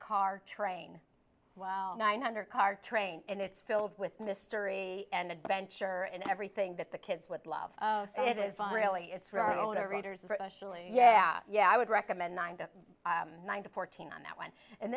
car train well nine hundred car train and it's filled with mystery and adventure and everything that the kids would love say it isn't really its role to readers and yeah yeah i would recommend nine to nine to fourteen on that one and